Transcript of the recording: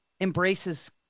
embraces